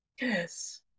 Yes